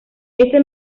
ese